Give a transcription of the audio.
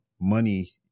money